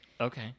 Okay